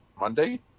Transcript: Monday